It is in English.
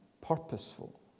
purposeful